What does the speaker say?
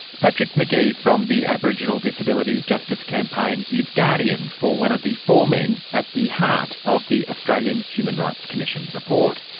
patrick mcgee from the aboriginal disability justice campaign is guardian for one of the four men at the heart of the australian human rights commission report.